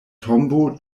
tombo